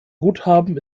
guthaben